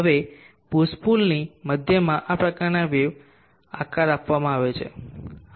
હવે પુશ પુલની મધ્યમાં આ પ્રકારના વેવ આકાર આપવામાં આવે છે